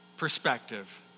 perspective